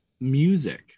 music